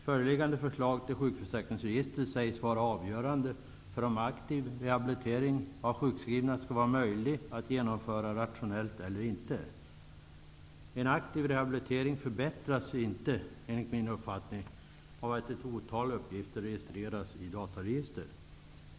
Föreliggande förslag till sjukförsäkringsregister sägs vara avgörande för om aktiv rehabilitering av sjukskrivna skall vara möjlig att genomföra rationellt eller inte. En aktiv rehabilitering förbättras enligt min uppfattning inte av att ett otal uppgifter registreras i dataregister.